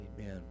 Amen